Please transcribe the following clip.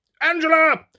Angela